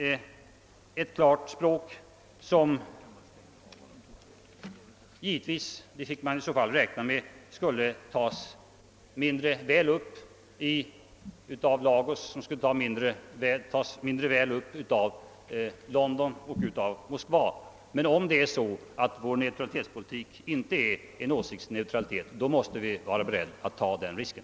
Det kanske skulle tas mindre väl upp av Lagos, London och Moskva. Men om vi menar allvar med att vår neutralitetspolitik inte är en åsiktsneutralitet, måste vi vara beredda att ta den risken.